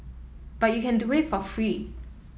but you can do it for free